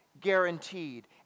guaranteed